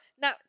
Now